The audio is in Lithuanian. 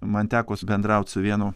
man teko bendraut su vienu